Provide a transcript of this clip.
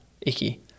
icky